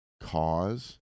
cause